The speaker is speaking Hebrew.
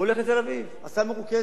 והוא הולך לתל-אביב, הסעה מרוכזת.